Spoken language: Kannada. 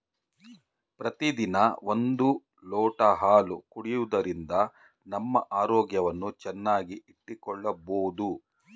ಪ್ರತಿದಿನ ಒಂದು ಲೋಟ ಹಾಲು ಕುಡಿಯುವುದರಿಂದ ನಮ್ಮ ಆರೋಗ್ಯವನ್ನು ಚೆನ್ನಾಗಿ ಇಟ್ಟುಕೊಳ್ಳಬೋದು